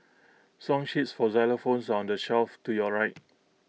song sheets for xylophones on the shelf to your right